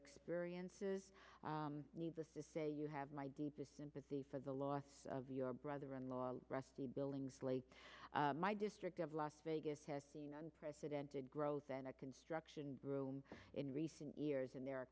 experiences needless to say you have my deepest sympathy for the loss of your brother in law rusty billingsley my district of las vegas has seen unprecedented growth in the construction broom in recent years and there are